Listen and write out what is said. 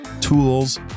tools